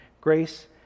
Grace